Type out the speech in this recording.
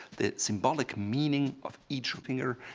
the symbolic meaning of each finger,